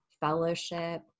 fellowship